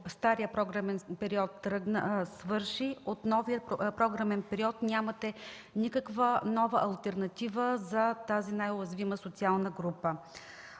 старият програмен период свърши. От новия програмен период нямате никаква нова алтернатива за тази най-уязвима социална група.